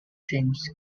james